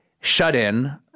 shut-in